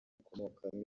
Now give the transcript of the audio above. bakomokamo